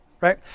right